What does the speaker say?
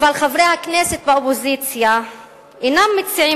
אבל חברי הכנסת באופוזיציה אינם מציעים,